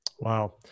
Wow